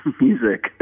music